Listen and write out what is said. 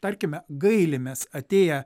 tarkime gailimės atėję